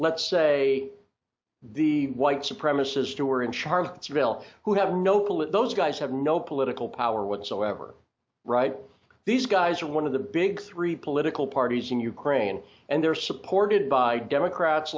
let's say the white supremacist who are in charge of seville who have no clue those guys have no political power whatsoever right these guys are one of the big three political parties in ukraine and they're supported by democrats